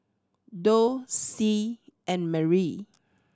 Doug Sie and Merri